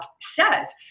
says